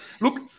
look